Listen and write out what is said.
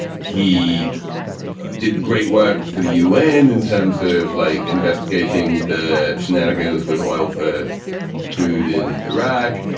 he did great work for the u n. in terms of like investigating the shenanigans with oil for food in iraq.